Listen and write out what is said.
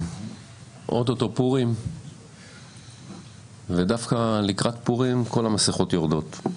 או-טו-טו פורים ודווקא לקראת פורים כל המסכות יורדות.